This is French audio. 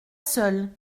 seuls